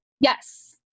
yes